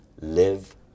live